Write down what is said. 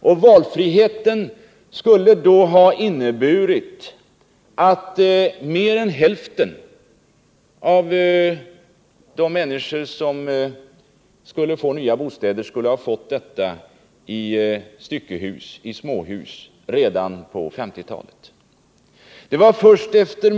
Och valfriheten skulle då ha inneburit att mer än hälften av de människor som skulle få nya bostäder hade fått dem i styckehus — i småhus — redan på 1950-talet.